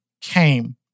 came